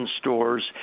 stores